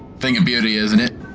thing of beauty isn't it?